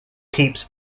keeps